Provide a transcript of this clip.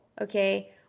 okay